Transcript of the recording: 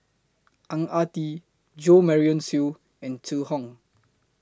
Ang Ah Tee Jo Marion Seow and Zhu Hong